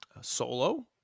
Solo